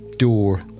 door